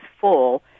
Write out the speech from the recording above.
full